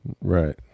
Right